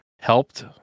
helped